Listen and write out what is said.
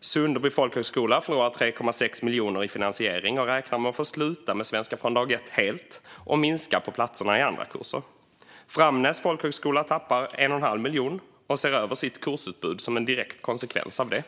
Sunderby folkhögskola förlorar 3,6 miljoner i finansiering och räknar med att helt få sluta med svenska från dag ett och att minska på platserna i andra kurser. Framnäs folkhögskola tappar 1 1⁄2 miljon och ser över sitt kursutbud som en direkt konsekvens av det.